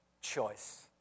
choice